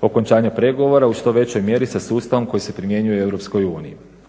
okončanja pregovora u što većoj mjeri sa sustavom koji se primjenjuje u EU.